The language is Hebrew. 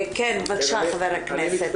כן, בקשה חבר הכנסת.